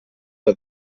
que